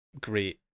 great